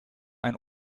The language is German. ein